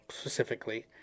specifically